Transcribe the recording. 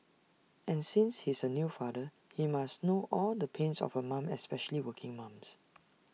and since he's A new father he must know all the pains of A mum especially working mums